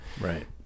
right